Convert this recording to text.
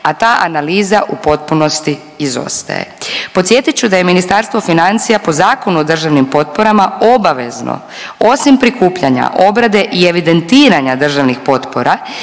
a ta analiza u potpunosti izostaje. Podsjetit ću da je Ministarstvo financija po Zakonu o državnim potporama obavezno, osim prikupljanja, obrade i evidentiranja državnih potpora